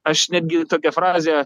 aš netgi tokią frazę